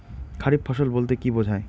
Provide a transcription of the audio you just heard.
খারিফ ফসল বলতে কী বোঝায়?